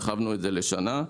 והרחבנו את זה לשנה.